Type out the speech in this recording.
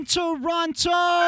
Toronto